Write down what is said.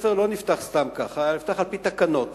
בית-ספר לא נפתח סתם כך, אלא נפתח על-פי תקנות.